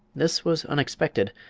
this was unexpected.